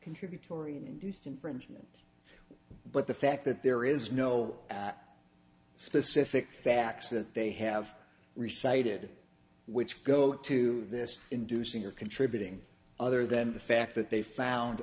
contributory induced infringement but the fact that there is no specific facts that they have receded which go to this inducing or contributing other than the fact that they found